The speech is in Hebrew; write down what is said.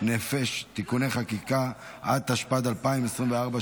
דיווח שנתי לוועדת הכלכלה של הכנסת), התשפ"ג 2023,